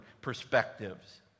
perspectives